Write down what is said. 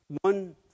one